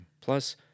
plus